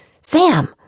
Sam